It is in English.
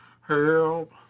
help